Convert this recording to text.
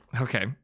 Okay